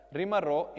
rimarrò